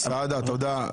סעדה, תודה.